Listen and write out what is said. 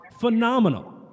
phenomenal